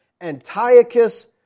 Antiochus